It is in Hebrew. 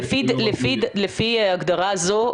לפי ההגדרה הזו,